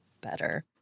better